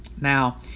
now